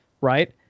right